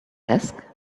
desk